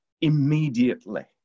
immediately